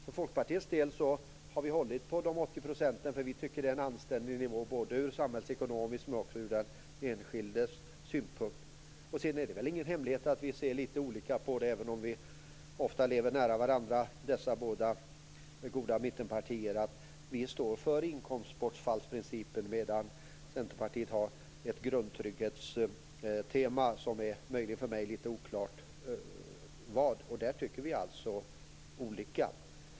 För Folkpartiets del har vi hållit på 80 %, för vi tycker att det är en anständig nivå både ur samhällsekonomisk och ur den enskildes synvinkel. Sedan är det ingen hemlighet att vi ser litet olika på detta, även om vi ofta lever nära varandra i dessa båda goda mittenpartier. Vi står för inkomstbortfallsprincipen medan Centerpartiet har ett grundtrygghetstema som det möjligen är litet oklart för mig vad det gäller. Där tycker vi alltså olika.